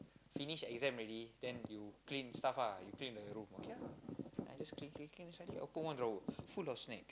finish exam already then you clean stuff ah you clean the room okay lah I just clean clean clean suddenly open one drawer full of snacks